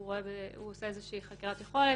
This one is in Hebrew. הוא עושה איזושהי חקירת יכולת,